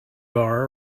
bar